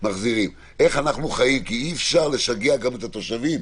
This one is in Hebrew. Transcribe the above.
מחזירים כי אי-אפשר לשגע גם את התושבים,